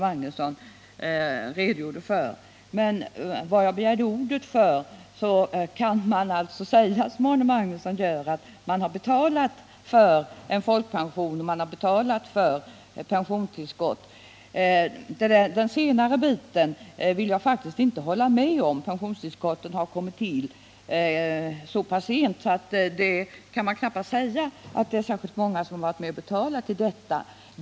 Man kan säga som Arne Magnusson att man har betalat för folkpension och för pensionstillskott. Det senare vill jag faktiskt inte hålla med om. Pensionstillskottet har kommit till så sent att det inte är särskilt många som har varit med och betalat till det.